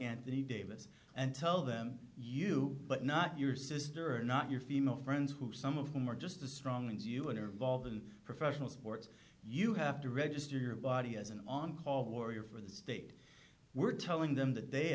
anthony davis and tell them you but not your sister or not your female friends who some of whom are just as strong as you are volved in professional sports you have to register your body as an on call warrior for the state we're telling them that the